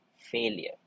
failure